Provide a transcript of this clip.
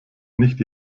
nicht